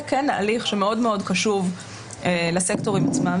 כן הליך שמאוד מאוד קשוב לסקטורים עצמם.